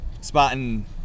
Spotting